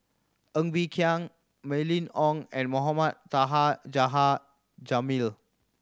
Ng Bee Kia Mylene Ong and Mohamed Taha Jamil